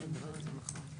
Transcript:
בוודאי שכן.